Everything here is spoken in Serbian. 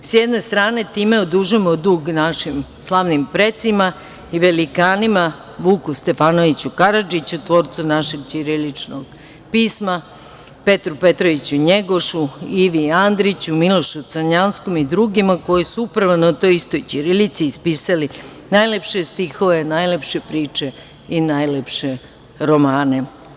S jedne strane, time odužujemo dug našim slavnim precima i velikanima Vuku Stefanoviću Karadžiću, tvorcu našeg ćiriličnog pisma, Petru Petroviću Njegošu, Ivi Andriću, Milošu Crnjanskom i drugima koji su upravo na toj istoj ćirilici ispisali najlepše stihove, najlepše priče i najlepše romane.